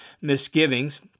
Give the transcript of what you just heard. misgivings